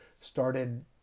started